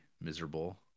miserable